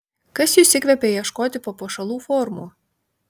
kas jus įkvepia ieškoti papuošalų formų